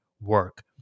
work